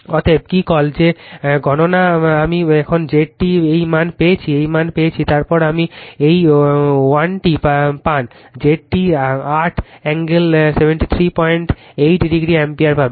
অতএব কি কল যে গণনা আমি এখন Z T এই মান পেয়েছি এই মান পেয়েছি তারপর আমি এই ওয়ানটি পান Z T 8 angle 733 degree ampere পাবেন